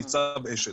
ניצב אשד.